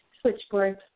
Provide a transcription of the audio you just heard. switchboard